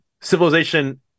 civilization